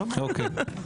אוקיי.